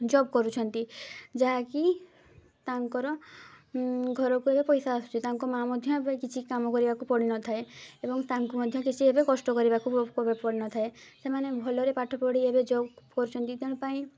job କରୁଛନ୍ତି ଯାହାକି ତାଙ୍କର ଘରକୁ ଏବେ ପଇସା ଆସୁଛି ତାଙ୍କ ମାଆ ମଧ୍ୟ ଏବେ କିଛି କାମ କରିବାକୁ ପଡ଼ିନଥାଏ ଏବଂ ତାଙ୍କୁ ମଧ୍ୟ କିଛି ଏବେ କଷ୍ଟ କରିବାକୁ ପଡ଼ିନଥାଏ ସେମାନେ ଭଲରେ ପାଠ ପଢ଼ି ଏବେ ଜବ୍ କରୁଛନ୍ତି ତେଣୁ ପାଇଁ